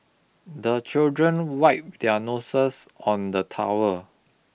the children wipe their noses on the towel